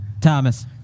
Thomas